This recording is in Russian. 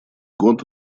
год